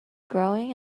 growing